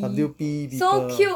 W_P people